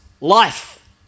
life